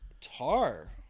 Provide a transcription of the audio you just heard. Tar